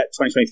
2023